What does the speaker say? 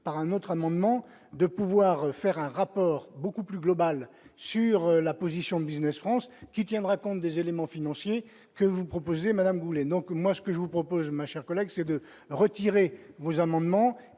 par un autre amendement, de pouvoir faire un rapport beaucoup plus globale sur la position de Business France qui tiendra compte des éléments financiers que vous proposez Madame Goulet, donc moi ce que je vous propose ma chère collègue, c'est de retirer vos amendements